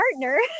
partner